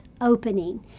opening